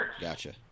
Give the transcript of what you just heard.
Gotcha